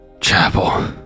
Chapel